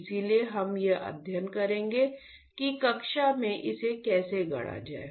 इसलिए हम यह अध्ययन करेंगे कि कक्षा में इसे कैसे गढ़ा जाए